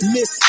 Miss